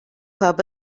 club